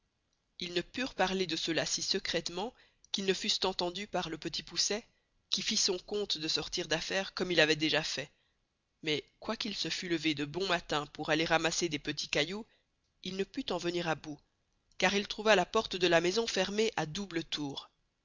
ils ne purent parler de cela si secrettement qu'ils ne fussent entendus par le petit poucet qui fit son compte de sortir d'affaire comme il avoit déjà fait mais quoy qu'il se fut levé de bon matin pour aller ramasser des petits cailloux il ne put en venir à bout car il trouva la porte de la maison fermée à double tour